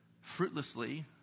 fruitlessly